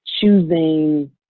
choosing